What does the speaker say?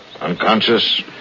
unconscious